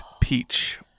Peach